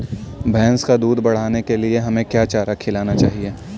भैंस का दूध बढ़ाने के लिए हमें क्या चारा खिलाना चाहिए?